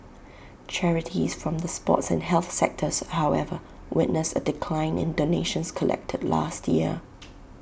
charities from the sports and health sectors however witnessed A decline in donations collected last year